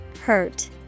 Hurt